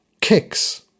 kicks